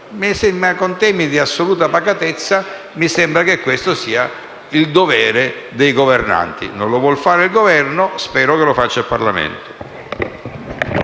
Con termini di assoluta pacatezza, a me sembra che questo sia il dovere dei governanti. Non vuole farlo il Governo? Io spero che lo faccia il Parlamento.